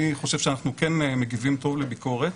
אני חושב שאנחנו כן מגיבים טוב לביקורת.